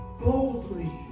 boldly